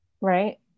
right